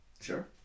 sure